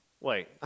wait